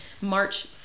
march